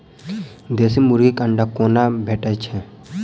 देसी मुर्गी केँ अंडा कोना भेटय छै?